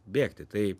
bėgti tai